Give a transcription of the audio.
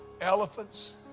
Elephants